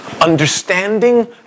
Understanding